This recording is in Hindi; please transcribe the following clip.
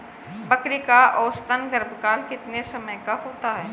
बकरी का औसतन गर्भकाल कितने समय का होता है?